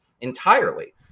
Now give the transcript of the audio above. entirely